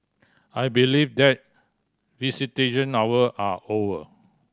I believe that visitation hour are over